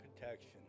protection